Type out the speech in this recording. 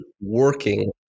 working